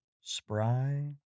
spry